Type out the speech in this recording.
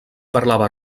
parlava